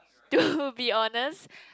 to be honest